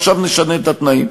עכשיו נשנה את התנאים.